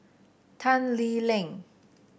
Tan Lee Leng